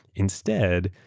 instead,